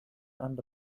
and